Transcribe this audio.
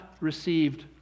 received